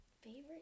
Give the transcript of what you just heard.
favorite